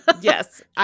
Yes